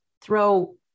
throw